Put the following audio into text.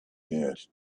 dared